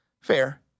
Fair